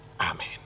amen